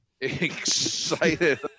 Excited